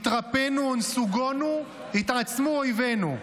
התרפינו ונסוגונו, התעצמו אויבינו.